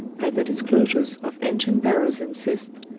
by the disclosures of ancient barrows and cysts,